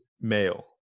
male